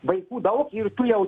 vaikų daug ir tu jau